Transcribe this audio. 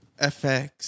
fx